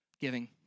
giving